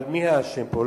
אבל מי האשם פה?